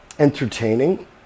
Entertaining